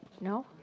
No